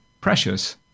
precious